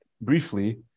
briefly